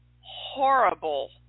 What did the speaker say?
horrible